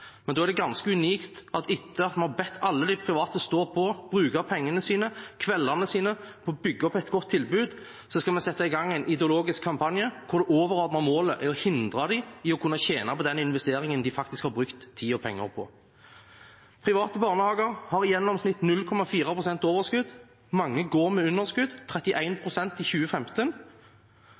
men da er det ganske unikt at etter at man har bedt alle de private stå på, bruke pengene sine, kveldene sine på å bygge opp et godt tilbud, skal vi sette i gang en ideologisk kampanje hvor det overordnede målet er å hindre dem i å tjene på den investeringen de har brukt tid og penger på. Private barnehager har i gjennomsnitt 0,4 pst. overskudd. Mange går med underskudd, 31 pst. i 2015,